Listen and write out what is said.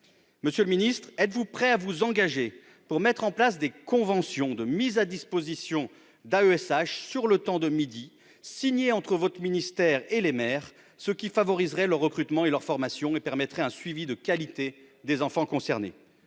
Monsieur le ministre, êtes-vous prêt à vous engager à mettre en place des conventions de mise à disposition d'accompagnants d'élèves en situation de handicap (AESH) sur le temps de midi, signées entre votre ministère et les maires, ce qui favoriserait leur recrutement et leur formation et permettrait un suivi de qualité des enfants concernés ?